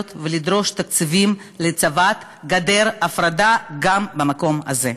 ולדרוש תקציבים להצבת גדר הפרדה גם במקום הזה.